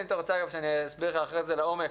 אם אתה רוצה שאסביר לך אחרי כן לעומק